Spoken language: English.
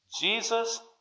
Jesus